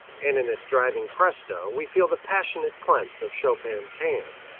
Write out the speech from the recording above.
and in its driving presto we feel the passionate clench of chopin's hand.